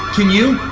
you?